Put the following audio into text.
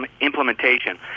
implementation